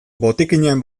botikinean